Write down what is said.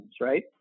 right